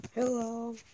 Hello